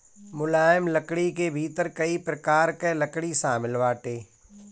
मुलायम लकड़ी के भीतर कई प्रकार कअ लकड़ी शामिल बाटे